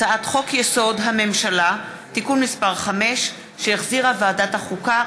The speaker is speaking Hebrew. הצעת חוק-יסוד: הממשלה (תיקון מס' 5) שהחזירה ועדת החוקה,